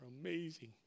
amazing